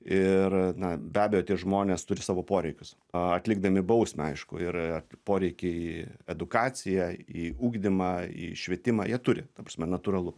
ir na be abejo tie žmonės turi savo poreikius atlikdami bausmę aišku ir poreikį į edukaciją į ugdymą į švietimą jie turi ta prasme natūralu